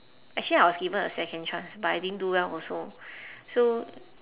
actually I was given a second chance but I didn't do well also so